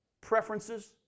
preferences